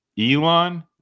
Elon